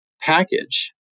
package